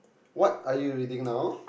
what are you reading now